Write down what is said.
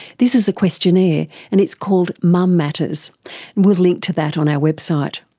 this is questionnaire and it's called mum matters, and we'll link to that on our website.